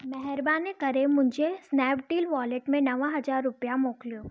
महिरबानी करे मुंहिंजे स्नैपडील वॉलेट में नव हज़ार रुपिया मोकिलियो